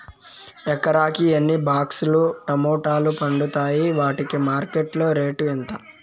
ఎకరాకి ఎన్ని బాక్స్ లు టమోటాలు పండుతాయి వాటికి మార్కెట్లో రేటు ఎంత?